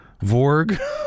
Vorg